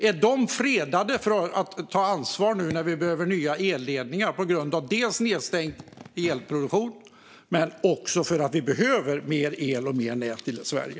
Är de fredade från att ta ansvar nu när vi behöver nya elledningar på grund av nedstängd elproduktion men också för att vi behöver mer el och mer nät i Sverige?